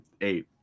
eight